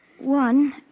one